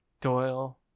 Doyle